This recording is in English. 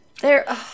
They're-